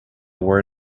were